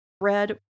red